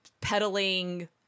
peddling